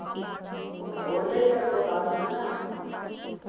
होली केर तो बताए रहेन ना